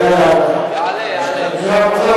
לא יעלה על הדעת.